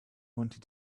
wanted